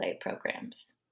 programs